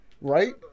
right